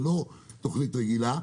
זה לא תוכנית רגילה.